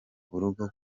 urugo